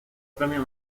premios